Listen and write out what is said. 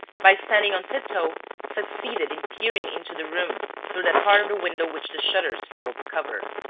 by standing on tip-toe, succeeded in peering into the room through that part of the window which the shutters failed to cover.